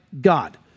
God